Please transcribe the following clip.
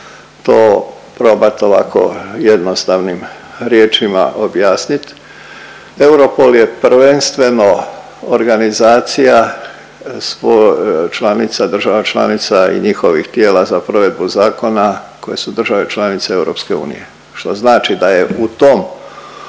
to probat ovako jednostavnim riječima objasnit. Europol je prvenstveno organizacija svo… članica, država članica i njihovih tijela za provedbu zakona koje su države članice EU. Što znači da je u tom